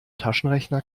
taschenrechner